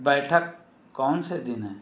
बैठक कौन से दिन है